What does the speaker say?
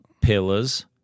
pillars